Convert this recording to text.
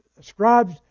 scribes